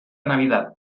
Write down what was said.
navidad